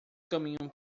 caminham